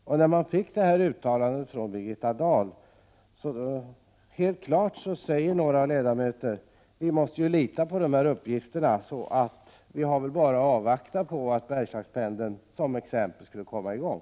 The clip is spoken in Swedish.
Sedan vi hört detta uttalande av Birgitta Dahl har en del styrelseledamöter framhållit att vi naturligtvis måste lita på vad statsrådet sagt och att vi väl bara har att avvakta att Bergslagspendeln kommer i gång.